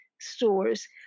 stores